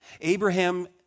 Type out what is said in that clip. Abraham